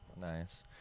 nice